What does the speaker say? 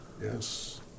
Yes